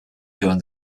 during